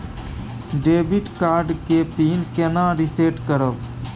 Debit card के PIN केना reset करब?